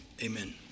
Amen